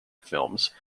films